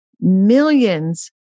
millions